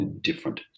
different